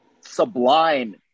sublime